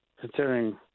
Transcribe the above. Considering